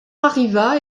arriva